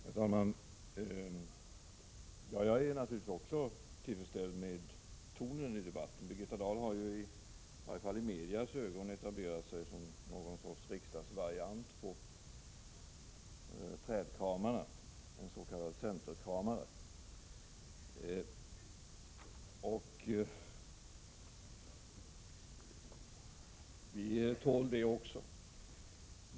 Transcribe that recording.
Herr talman! Jag är naturligtvis också till freds med tonen i debatten. Birgitta Dahl har, i varje fall i medias ögon, etablerat sig som något slags riksdagsvariant av trädkramarna: en s.k. centerkramare. Vi tål det också.